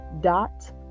dot